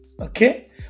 Okay